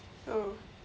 oh